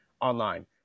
online